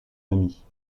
amies